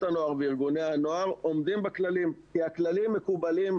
הנוער וארגוני הנוער עומדים בכללים כי הכללים מקובלים,